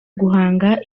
guhanga